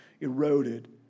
eroded